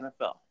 NFL